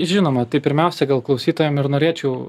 žinoma tai pirmiausia gal klausytojam ir norėčiau